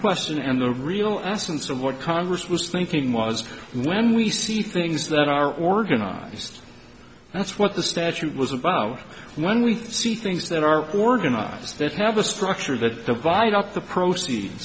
question and the real essence of what congress was thinking was when we see things that are organized that's what the statute was above when we see things that are organized that have a structure that divide up the proceeds